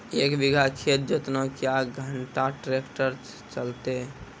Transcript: एक बीघा खेत जोतना क्या घंटा ट्रैक्टर चलते?